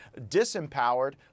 disempowered